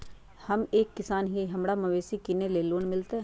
हम एक किसान हिए हमरा मवेसी किनैले लोन मिलतै?